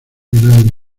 nadie